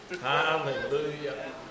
Hallelujah